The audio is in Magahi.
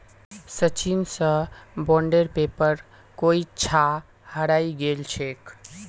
सचिन स बॉन्डेर पेपर कोई छा हरई गेल छेक